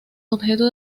objeto